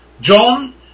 John